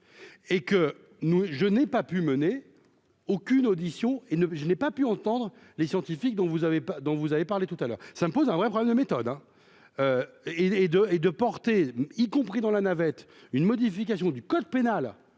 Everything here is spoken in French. et que nous, je n'ai pas pu mener aucune audition et ne je n'ai pas pu entendre les scientifiques dont vous avez pas dont vous avez parlé tout à l'heure, ça me pose un vrai problème de méthode hein et et de et de porter, y compris dans la navette une modification du code pénal